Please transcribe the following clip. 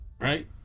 right